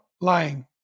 Lying